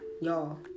y'all